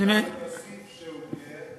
אני רק אוסיף שהוא גֵר,